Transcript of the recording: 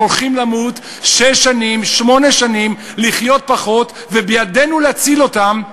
הולכים למות שש שנים או שמונה שנים לפני ולחיות פחות ובידינו להציל אותם.